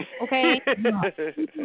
okay